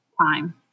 time